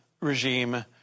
Regime